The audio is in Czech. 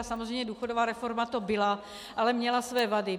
Samozřejmě důchodová reforma to byla, ale měla své vady.